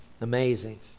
Amazing